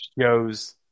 shows